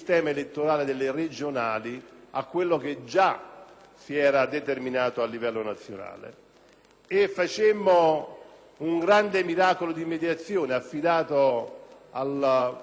si era determinato a livello nazionale. Facemmo un grande miracolo di mediazione, affidato all'indimenticabile Pinuccio Tatarella, relatore alla Camera,